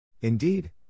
Indeed